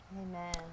Amen